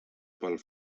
pel